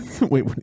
Wait